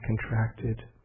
contracted